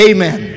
Amen